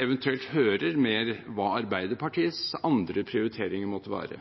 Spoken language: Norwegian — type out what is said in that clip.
eventuelt hører mer om hva Arbeiderpartiets andre prioriteringer måtte være.